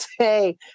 say